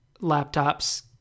laptops